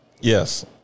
Yes